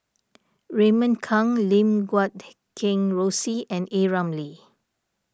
Raymond Kang Lim Guat Kheng Rosie and A Ramli